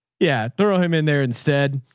yeah. throw him in there instead.